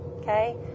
Okay